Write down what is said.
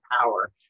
power